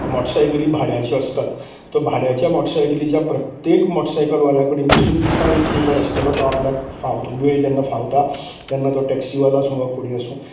मोटारसायकली भाड्याच्यो आसतात त्या भाड्याच्या मोटारसायकलीच्या प्रत्येक मोटारसायकल वाल्याकडेन पसुन तुका एक पेपर आसतलो तो आपल्याक फावता वेळ जेन्ना फावता तेन्ना तो टॅक्सीवालो आसूं कोणूय आसूं